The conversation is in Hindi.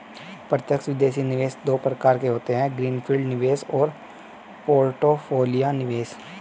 प्रत्यक्ष विदेशी निवेश दो प्रकार के होते है ग्रीन फील्ड निवेश और पोर्टफोलियो निवेश